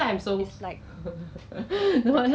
ah 那个对 ah